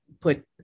Put